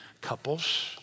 couples